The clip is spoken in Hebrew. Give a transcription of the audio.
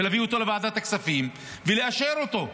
להביא אותו לוועדת הכספים ולאשר אותו.